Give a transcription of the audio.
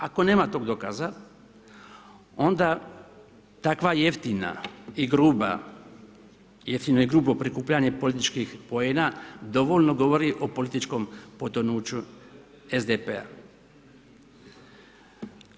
Ako nema tog dokaza onda takva jeftina i gruba, jeftino i grubo prikupljanje političkih poema dovoljno govori o političkom potonuću SDP-a.